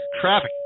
traffic